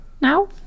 now